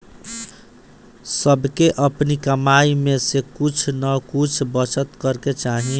सबके अपनी कमाई में से कुछ नअ कुछ बचत करे के चाही